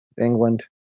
England